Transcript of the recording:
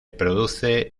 produce